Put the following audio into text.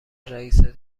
رئیست